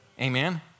Amen